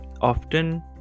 often